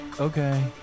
Okay